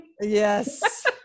Yes